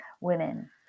Women